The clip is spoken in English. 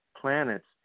planets